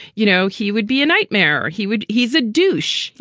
you know, he would be a nightmare. he would. he's a douche.